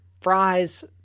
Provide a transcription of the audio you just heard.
fries